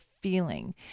feeling